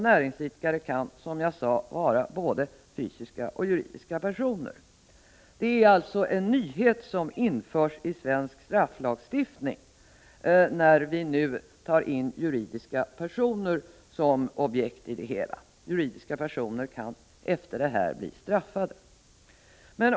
Näringsidkare kan, som jag sade, vara både fysiska och juridiska personer. Det är alltså en nyhet som införs i svensk strafflagstiftning, när vi nu tar in juridiska personer som objekt i det hela. Juridiska personer kan hädanefter bli straffade.